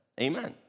Amen